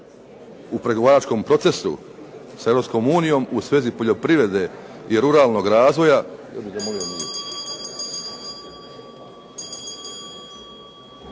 u pregovaračkom procesu sa Europskom unijom u svezi poljoprivrede i ruralnog razvoja.